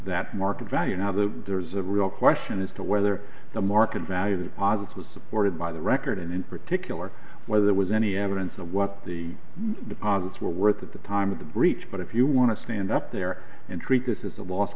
that market value now the there's a real question as to whether the market value that posits was supported by the record and in particular whether there was any evidence of what the deposits were worth at the time of the breach but if you want to stand up there and treat this is the los